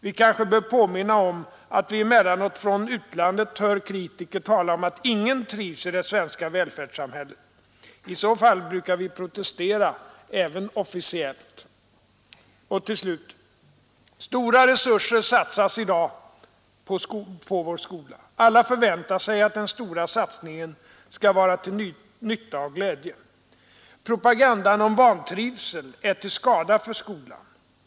Vi kanske bör påminna om att vi emellanåt från utlandet hör kritiker tala om att ingen trivs i det svenska välfärdssamhället. I så fall brukar vi protestera — även officiellt.” Och till slut: ”Stora resurser satsas i dag på vår skola. Alla förväntar sig att den stora satsningen skall vara till nytta och glädje. Propagandan om vantrivsel är till skada för skolan.